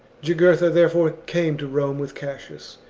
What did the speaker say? jugurtha therefore came to rome with cassius,